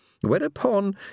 whereupon